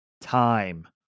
time